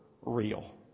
real